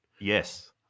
Yes